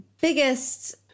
biggest